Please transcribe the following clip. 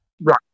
Right